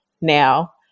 now